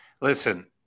listen